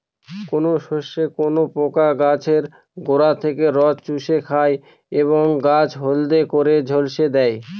কোন শস্যে কোন পোকা গাছের গোড়া থেকে রস চুষে খায় এবং গাছ হলদে করে ঝলসে দেয়?